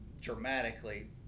dramatically